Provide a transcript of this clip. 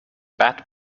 bat